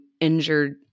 injured